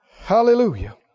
Hallelujah